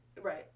Right